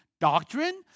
doctrine